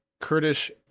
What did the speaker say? Kurdish